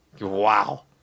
Wow